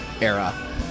era